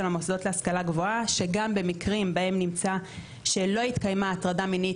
המוסדות להשכלה גבוהה שגגם במקרים שבהם נמצא שלא התקיימה הטרדה מינית,